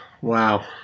Wow